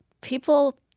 people